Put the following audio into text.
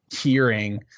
hearing